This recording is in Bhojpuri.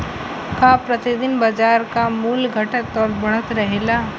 का प्रति दिन बाजार क मूल्य घटत और बढ़त रहेला?